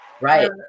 Right